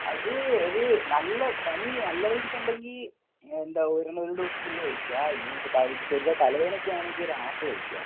അത് ഒരു നല്ല പനി നല്ലതായിട്ടുണ്ടെങ്കിൽ എന്താ ഒരെണ്ണം ഒരു ഡോസ് ഫുള്ള് കഴിക്കുക ഇല്ല തല ചെറിയ തലവേദനയൊക്കെയാണെങ്കിൽ ഒരു ഹാഫ് കഴിക്കുക